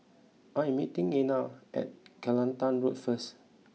I am meeting Ena at Kelantan Road first